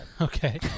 Okay